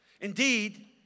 Indeed